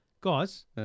Guys